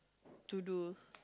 to do